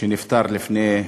שנפטר לפני שבוע,